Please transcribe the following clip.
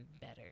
better